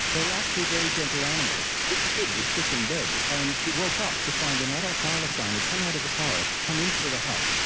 they were actually very gentle animals. this kid was sick in bed, and he woke up to find an adult thylacine had come out of the forest, come into the hut,